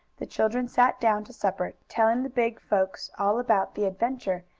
the children sat down to supper, telling the big folks all about the adventure,